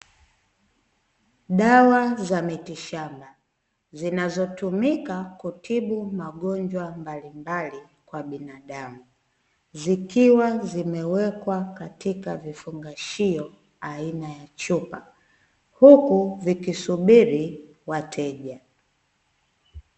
Dawa za miti shamba zinazotumika kutibu magonjwa mbalimbali kwa binadamu zikiwa zimewekwa katika vifungashio aina ya chupa huku vikisubiri wateja.